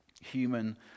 human